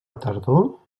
tardor